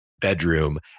bedroom